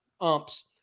umps